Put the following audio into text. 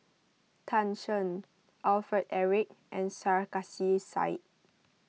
Tan Shen Alfred Eric and Sarkasi Said